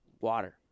water